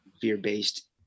fear-based